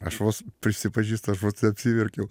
aš vos prisipažįstu aš vos neapsiverkiau